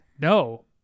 No